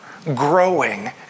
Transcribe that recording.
Growing